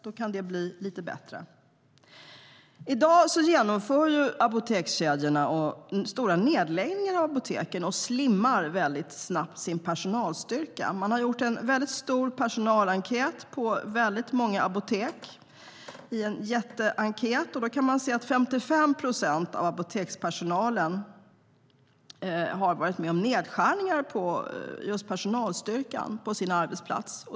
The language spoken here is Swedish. Då kan det bli lite bättre.I dag genomför apotekskedjorna stora nedläggningar av apotek och slimmar sin personalstyrka väldigt snabbt. Man har gjort en jättestor personalenkät på väldigt många apotek. Där kan man se att 55 procent av apotekspersonalen varit med om nedskärningar på personalstyrkan på sin arbetsplats.